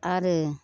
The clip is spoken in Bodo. आरो